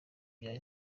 bya